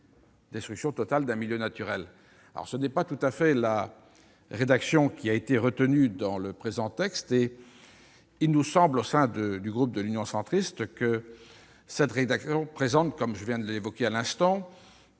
« destruction totale d'un milieu naturel ».